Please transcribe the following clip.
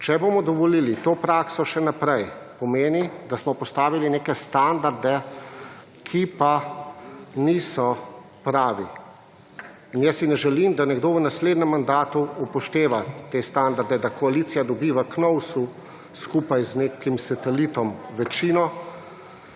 Če bomo dovolili to prakso še v naprej pomeni, da smo postavili neke standarde, ki pa niso pravi in jaz si ne želim, da kdo v naslednjem mandatu upošteva te standarde, da koalicija dobi v KNOVS skupaj z nekim satelitom večino,